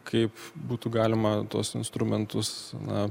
kaip būtų galima tuos instrumentus na